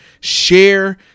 share